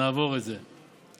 נעבור את זה.